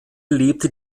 lebte